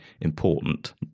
important